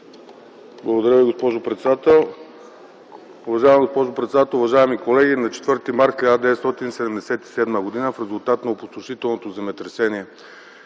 Уважаема госпожо председател, уважаеми колеги, на 4 март 1977 г., в резултат на опустошителното земетресение